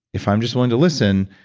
if i'm just willing to listen,